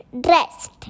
dressed